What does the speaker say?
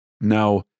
Now